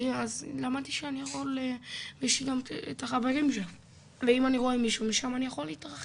ואם אני רואה מישהו שם אני יכול להתרחק,